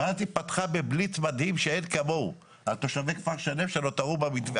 ואז היא פתחה בבליץ מדהים שאין כמוהו על תושבי כפר שלם שנותרו במתווה.